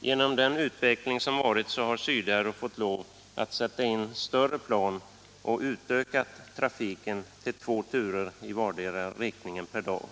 Genom den utveckling som varit har Syd Aero fått lov att sätta in större plan och utöka trafiken till två turer i vardera riktningen per dag.